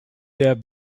der